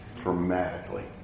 dramatically